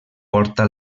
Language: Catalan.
porta